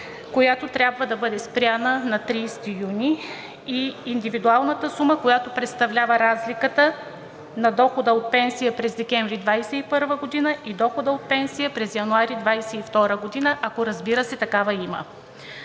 която трябва да бъде спряна на 30 юни, и индивидуалната сума, която представлява разликата на дохода от пенсия през месец декември 2021 г. и дохода от пенсия през месец януари 2022 г., ако, разбира се, такава има.